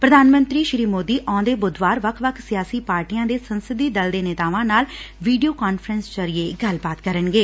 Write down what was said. ਪ੍ਰਧਾਨ ਮੰਤਰੀ ਸ਼੍ਰੀ ਮੋਦੀ ਆਉਦੇ ਬੁੱਧਵਾਰ ਵੱਖ ਵੱਖ ਸਿਆਸੀ ਪਾਰਟੀਆਂ ਦੇ ਸੰਸਦੀ ਦਲ ਦੇ ਨੇਤਾਵਾਂ ਨਾਲ ਵੀਡੀਓ ਕਾਨਫਰੰਸ ਜਰੀਏ ਗੱਲਬਾਡ ਕਰਨਗੇ